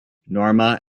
norma